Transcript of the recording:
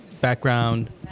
background